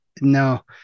No